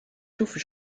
touffes